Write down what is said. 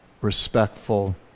respectful